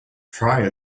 prior